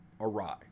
awry